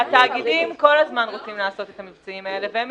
התאגידים כל הזמן רוצים לעשות את המבצעים האלה והם